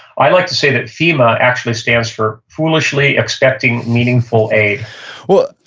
i like to say that fema actually stands for foolishly expecting meaningful aid well,